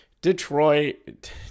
Detroit